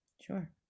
Sure